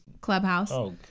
clubhouse